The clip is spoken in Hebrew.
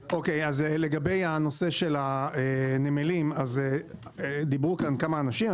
לגבי הנושא של הנמלים, דיברו פה כמה אנשים.